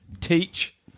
teach